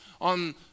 on